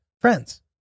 friends